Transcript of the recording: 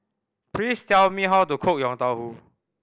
please tell me how to cook Yong Tau Foo